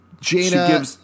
Jaina